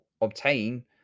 obtain